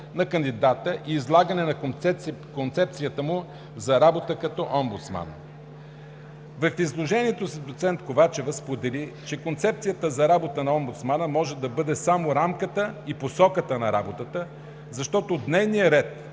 на кандидата и излагане на концепцията му за работа като омбудсман. В изложението си доцент Ковачева сподели, че концепцията за работа на омбудсмана може да бъде само рамката и посоката на работа, защото дневният ред